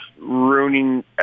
ruining